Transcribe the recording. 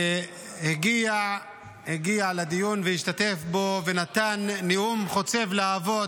והגיע לדיון והשתתף בו ונתן נאום חוצב להבות